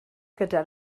gyda